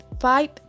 five